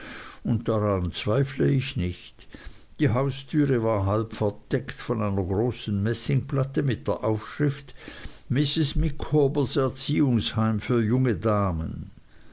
und daran zweifle ich nicht die haustüre war halb verdeckt von einer großen messingplatte mit der aufschrift mrs micawbers erziehungsheim für junge damen